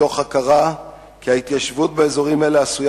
מתוך הכרה שההתיישבות באזורים האלה עשויה